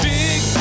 big